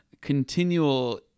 continual